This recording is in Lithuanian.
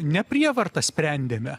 ne prievarta sprendėme